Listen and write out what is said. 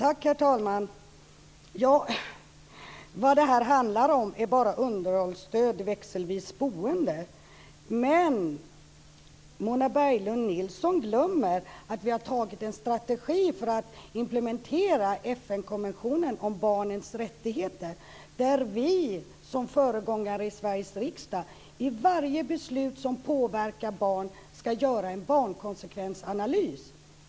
Herr talman! Vad detta handlar om är bara underhållsstöd och växelvis boende. Men Mona Berglund Nilsson glömmer att vi har antagit en strategi för att implementera FN-konventionen om barnens rättigheter, där vi som föregångare i Sveriges riksdag i varje beslut som påverkar barn ska göra en barnkonsekvensanalys.